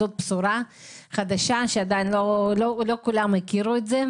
זאת בשורה חדשה שעדיין לא כולם מכירים.